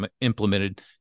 implemented